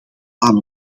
aan